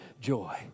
joy